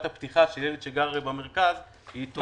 הפתיחה של ילד שגר במרכז היא טובה יותר.